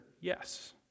yes